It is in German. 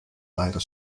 leider